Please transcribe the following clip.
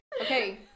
Okay